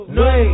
no